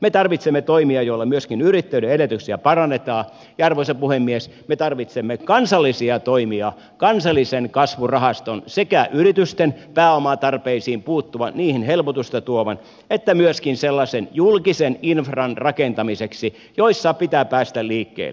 me tarvitsemme toimia joilla myöskin yrittäjyyden edellytyksiä parannetaan ja arvoisa puhemies me tarvitsemme kansallisia toimia kansallisen kasvurahaston sekä yritysten pääomatarpeisiin puuttumaan niihin helpotusta tuomaan että myöskin rakentamaan sellaista julkista infraa jossa pitää päästä liikkeelle